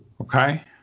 Okay